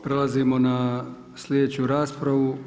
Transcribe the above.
Prelazimo na sljedeću raspravu.